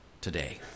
today